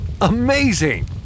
Amazing